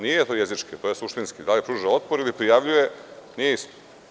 Nije to jezički, to je suštinski, da li pružao otpor ili prijavljuje, nije isto.